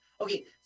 Okay